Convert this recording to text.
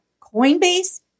Coinbase